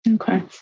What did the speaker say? Okay